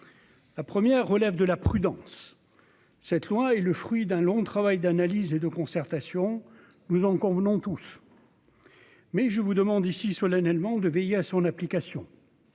à première relève de la prudence, cette loi est le fruit d'un long travail d'analyse et de concertation, nous en convenons tous mais je vous demande ici, solennellement, de veiller à son application